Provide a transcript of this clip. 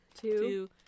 Two